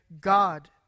God